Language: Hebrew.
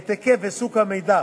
את היקף וסוג המידע